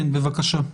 בבקשה.